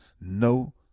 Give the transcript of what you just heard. no